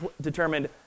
determined